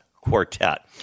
Quartet